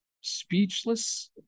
speechless